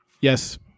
Yes